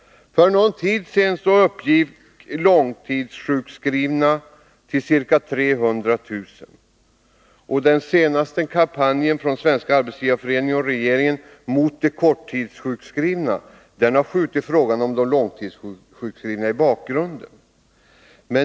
För någon tid sedan uppgick antalet långtidssjukskrivna till ca 300 000. Den senaste kampanjen från Svenska arbetsgivareföreningen och regeringen mot de korttidssjukskrivna har skjutit frågan om de långtidssjukskrivna i bakgrunden.